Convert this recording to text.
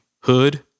hood